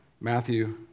Matthew